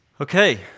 Okay